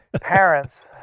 parents